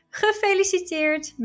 gefeliciteerd